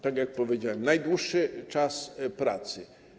Tak jak powiedziałem, najdłuższy czas pracy.